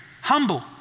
Humble